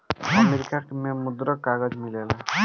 America में मुद्रक कागज मिलेला